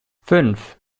fünf